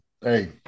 Hey